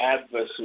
adversary